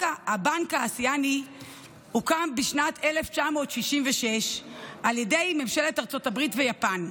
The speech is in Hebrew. הבנק האסייני הוקם בשנת 1966 על ידי ממשלת ארצות הברית ויפן.